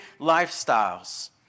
lifestyles